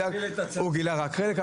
הוא גילה רק חלק.